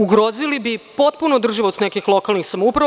Ugrozili bi potpuno održivost nekih lokalnih samouprava.